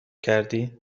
کردی